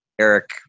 Eric